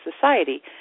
society